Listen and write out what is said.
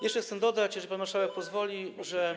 Jeszcze chcę dodać, jeżeli pan marszałek pozwoli, że.